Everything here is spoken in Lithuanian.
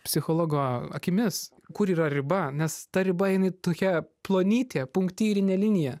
psichologo akimis kur yra riba nes ta riba jinai tokia plonytė punktyrinė linija